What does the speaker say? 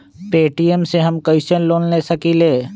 Paytm से हम कईसे लोन ले सकीले?